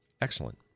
Excellent